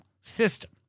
system